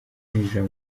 kwinjira